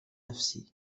نفسي